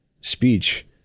speech